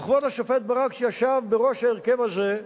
וכבוד השופט ברק, שישב בראש ההרכב הזה,